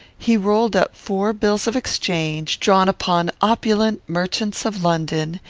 he rolled up four bills of exchange, drawn upon opulent, merchants of london,